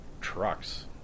trucks